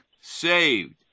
saved